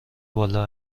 بالا